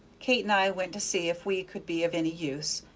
kate and i went to see if we could be of any use,